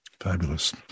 Fabulous